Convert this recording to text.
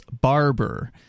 Barber